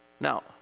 now